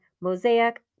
Mosaic